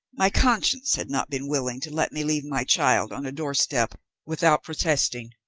my conscience had not been willing to let me leave my child on a doorstep without protesting,